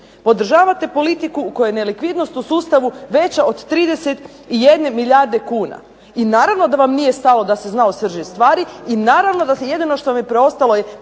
Podržavate politiku u kojoj je nelikvidnost u sustavu veća od 31 milijarde kuna. I naravno da vam nije stalo da se zna o srži stvari i naravno da jedino što im je preostalo je